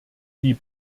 die